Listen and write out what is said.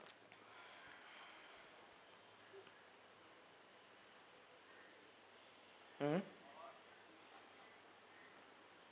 mmhmm